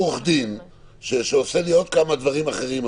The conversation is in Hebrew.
עורך דין שעושה לי עוד כמה דברים אחרים,